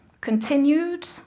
continued